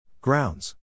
Grounds